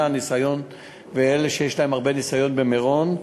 והניסיון ואלה שיש להם הרבה ניסיון במירון.